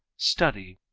study,